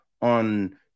on